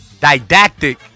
Didactic